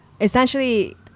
Essentially